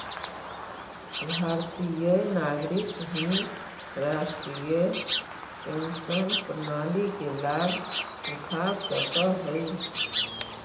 भारतीय नागरिक ही राष्ट्रीय पेंशन प्रणाली के लाभ उठा सकऽ हई